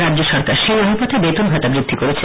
রাজ্য সরকার সেই অনুপাতেই বেতন ভাতা বৃদ্ধি করেছে